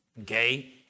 okay